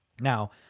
Now